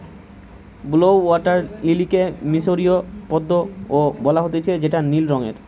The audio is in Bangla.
ব্লউ ওয়াটার লিলিকে মিশরীয় পদ্ম ও বলা হতিছে যেটা নীল রঙের